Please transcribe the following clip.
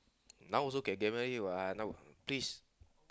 now also can get married what now please